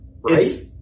right